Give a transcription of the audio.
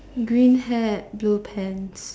green hat blue pants